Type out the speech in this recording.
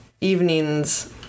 Evenings